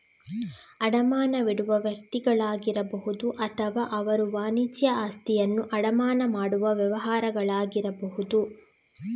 ಅಡಮಾನವಿಡುವ ವ್ಯಕ್ತಿಗಳಾಗಿರಬಹುದು ಅಥವಾ ಅವರು ವಾಣಿಜ್ಯ ಆಸ್ತಿಯನ್ನು ಅಡಮಾನ ಮಾಡುವ ವ್ಯವಹಾರಗಳಾಗಿರಬಹುದು